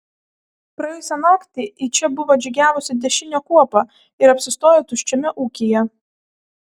praėjusią naktį į čia buvo atžygiavusi dešinio kuopa ir apsistojo tuščiame ūkyje